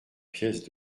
pièce